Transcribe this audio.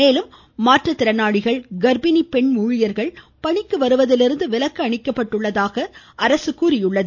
மேலும் மாற்றுத்திறனாளிகள் கா்ப்பிணி பெண் ஊழியர்கள் பணிக்கு வருவதில் இருந்து விலக்கு அளிக்கப்பட்டுள்ளதாக அரசு தெரிவித்துள்ளது